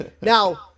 Now